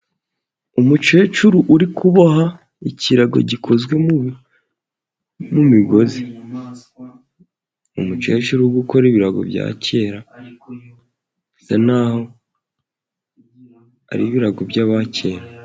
Umukecuru uri kuboha ikirago gikozwe mu... mu migozi. Umukecuru uri gukora ibirago bya kera, bisa n'aho ari ibirago by'abakera.